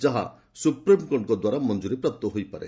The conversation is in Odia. ଯାହା ସୁପ୍ରିମ୍କୋର୍ଟଙ୍କ ଦ୍ୱାରା ମଜ୍ତରି ପ୍ରାପ୍ତ ହୋଇପାରେ